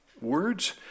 words